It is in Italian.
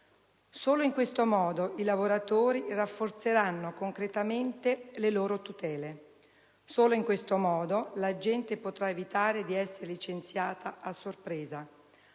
Solo in questo modo i lavoratori rafforzeranno concretamente le loro tutele. Solo in questo modo la gente potrà evitare di essere licenziata a sorpresa.